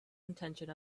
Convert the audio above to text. intention